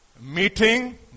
Meeting